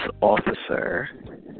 officer